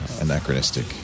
anachronistic